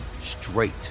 straight